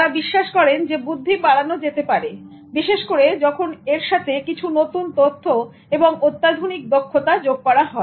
তারা বিশ্বাস করেন যে বুদ্ধি বাড়ানো যেতে পারে বিশেষ করে যখন এর সাথে কিছু নতুন তথ্য এবং অত্যাধুনিক দক্ষতা যোগ করা হয়